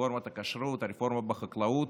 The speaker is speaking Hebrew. רפורמות הכשרות, הרפורמה בחקלאות.